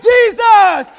Jesus